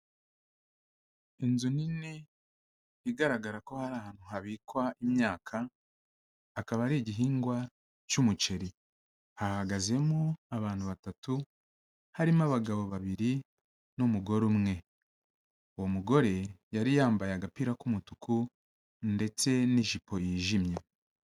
Inzu nini igaragara ko hari ahantu habikwa imyaka, akaba ari igihingwa cy'umuceri, hahagazemo abantu batatu, harimo abagabo babiri n'umugore umwe, uwo mugore yari yambaye agapira k'umutuku ndetse n'ijipo yijimye.